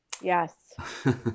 Yes